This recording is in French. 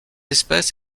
espèce